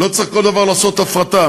לא בכל דבר צריך לעשות הפרטה.